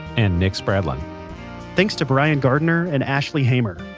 and nick spradlin thanks to bryan gardiner and ashley hamer.